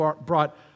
brought